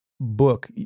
book